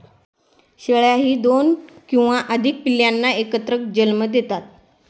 शेळ्याही दोन किंवा अधिक पिल्लांना एकत्र जन्म देतात